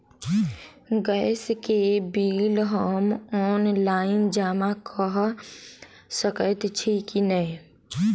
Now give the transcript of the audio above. Gas केँ bill हम online जमा कऽ सकैत छी की नै?